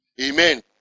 Amen